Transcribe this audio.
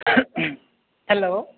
hello